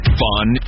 fun